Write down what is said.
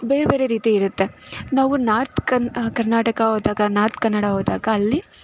ಬೇರೆ ಬೇರೆ ರೀತಿ ಇರುತ್ತೆ ನಾವು ನಾರ್ತ್ ಕರ್ನ್ ಕರ್ನಾಟಕ ಹೋದಾಗ ನಾರ್ತ್ ಕನ್ನಡ ಹೋದಾಗ ಅಲ್ಲಿ